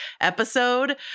episode